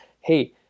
Hey